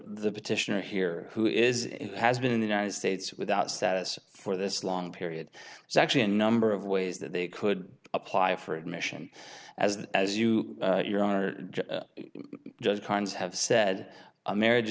the petitioner here who is has been in the united states without status for this long period is actually a number of ways that they could apply for admission as as you your are just cons have said a marriage